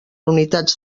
unitats